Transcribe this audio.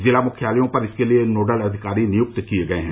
जिला मुख्यालयों पर इसके लिए नोडल अधिकारी नियुक्त किए गए हैं